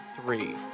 three